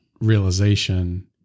realization